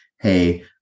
hey